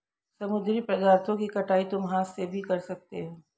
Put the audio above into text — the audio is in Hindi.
समुद्री पदार्थों की कटाई तुम हाथ से भी कर सकते हो